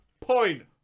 Point